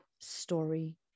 story